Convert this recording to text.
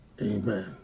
amen